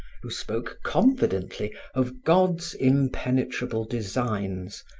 who spoke confidently of god's impenetrable designs,